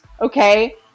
Okay